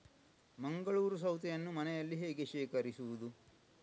ಮಂಗಳೂರು ಸೌತೆಯನ್ನು ಮನೆಯಲ್ಲಿ ಹೇಗೆ ಶೇಖರಿಸುವುದು?